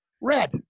Red